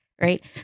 right